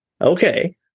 Okay